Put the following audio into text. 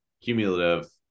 Cumulative